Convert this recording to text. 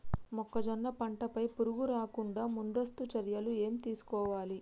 మొక్కజొన్న పంట పై పురుగు రాకుండా ముందస్తు చర్యలు ఏం తీసుకోవాలి?